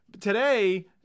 Today